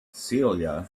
cilia